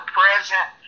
present